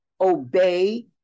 obey